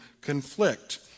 conflict